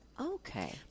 okay